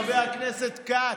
חבר הכנסת כץ,